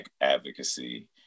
advocacy